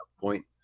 point